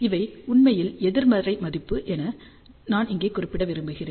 இவை உண்மையில் எதிர்மறை மதிப்பு என நான் இங்கே குறிப்பிட விரும்புகிறேன்